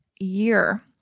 year